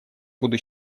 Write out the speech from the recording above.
буду